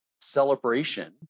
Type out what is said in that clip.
celebration